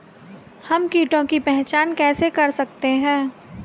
हम कीटों की पहचान कैसे कर सकते हैं?